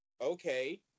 Okay